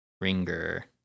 Ringer